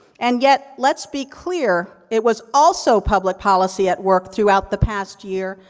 and yet, let's be clear, it was also public policy at work throughout the past year,